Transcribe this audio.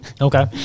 Okay